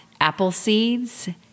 Appleseeds